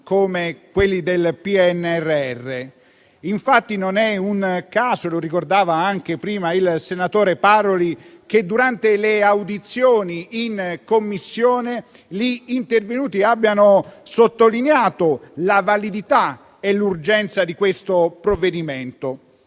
come quelli del PNRR. Infatti non è un caso - lo ricordava anche prima il senatore Paroli - che, durante le audizioni in Commissione, gli intervenuti abbiano sottolineato la validità e l'urgenza di questo provvedimento.